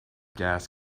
gas